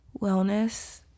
wellness